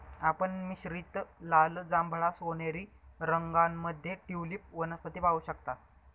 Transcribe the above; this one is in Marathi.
आपण मिश्रित लाल, जांभळा, सोनेरी रंगांमध्ये ट्यूलिप वनस्पती पाहू शकता